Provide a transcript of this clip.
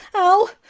ow.